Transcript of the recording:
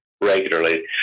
regularly